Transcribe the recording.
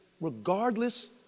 regardless